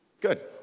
Good